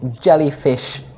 jellyfish